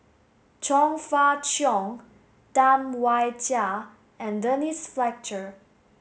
Chong Fah Cheong Tam Wai Jia and Denise Fletcher